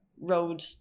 road